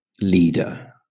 leader